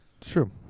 true